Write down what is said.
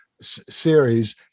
series